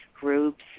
groups